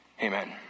Amen